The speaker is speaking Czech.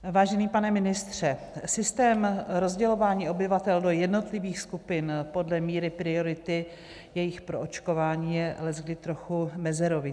Vážený pane ministře, systém rozdělování obyvatel do jednotlivých skupin podle míry priority jejich proočkování je leckdy trochu mezerovitý.